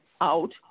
out